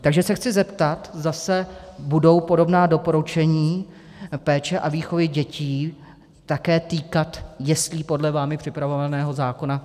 Takže se chci zeptat, zda se budou podobná doporučení péče a výchovy dětí týkat také jeslí podle vámi připravovaného zákona?